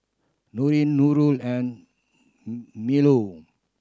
Nurin Nurul and Melur